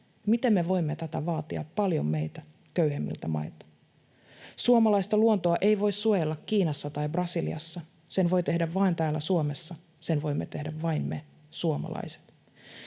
miten me voimme tätä vaatia paljon meitä köyhemmiltä mailta? Suomalaista luontoa ei voi suojella Kiinassa tai Brasiliassa. Sen voi tehdä vain täällä Suomessa. Sen voimme tehdä vain me suomalaiset.